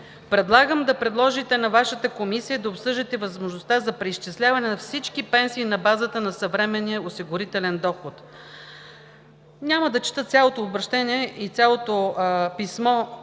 Предлагам да предложите на Вашата комисия да обсъдите възможността за преизчисляване на всички пенсии на базата на съвременния осигурителен доход.“ Няма да чета цялото обръщение и цялото писмо,